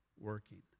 working